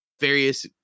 various